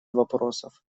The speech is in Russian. вопросов